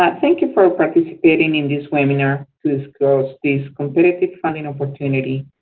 thank you for participating in this webinar to discuss this competitive funding opportunity,